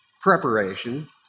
preparation